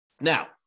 Now